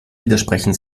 widersprechen